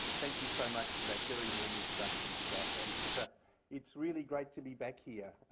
thank you so much for that very warm introduction, scott. and it's ah it's really great to be back here.